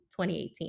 2018